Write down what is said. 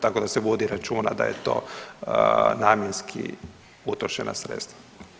Tako da se vodi računa da je to namjenski utrošena sredstva.